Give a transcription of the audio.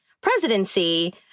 presidency